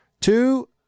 two